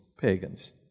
pagans